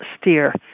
steer